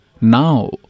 Now